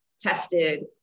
tested